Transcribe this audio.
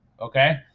Okay